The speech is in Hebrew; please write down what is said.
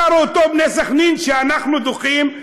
שרו אותו "בני סח'נין" ואנחנו דוחים,